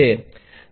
તો આ V છે